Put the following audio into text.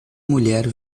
mulher